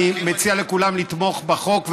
אני מציע לכולם לתמוך בחוק.